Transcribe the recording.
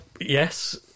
yes